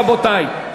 רבותי.